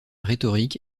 rhétorique